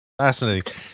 Fascinating